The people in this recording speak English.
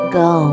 go